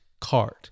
card